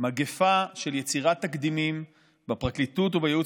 מגפה של יצירת תקדימים בפרקליטות ובייעוץ